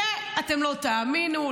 שאתם לא תאמינו,